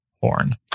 horn